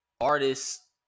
artists